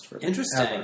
Interesting